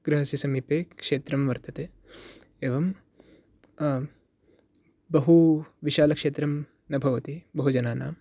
गृहस्य समीपे क्षेत्रं वर्तते एवं बहूविशालक्षेत्रं न भवति बहुजनानाम्